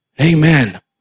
Amen